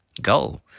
Go